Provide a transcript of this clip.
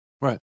Right